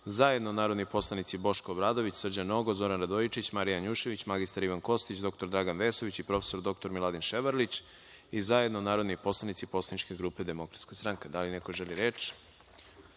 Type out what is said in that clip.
zajedno narodni poslanici Boško Obradović, Srđan Nogo, Zoran Radojičić, Marija Janjušević, mr Ivan Kostić, dr Dragan Vesović i prof. Miladin Ševarlić i zajedno narodni poslanici poslaničke grupe DS.Da li neko želi reč?